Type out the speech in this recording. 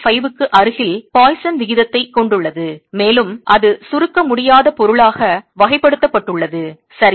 5க்கு அருகில் பாய்சன் விகிதத்தைக் Poisson's ratio கொண்டுள்ளது மேலும் அது சுருக்க முடியாத பொருளாக வகைப்படுத்தப்பட்டுள்ளது சரி